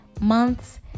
months